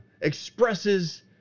expresses